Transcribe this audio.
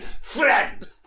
friend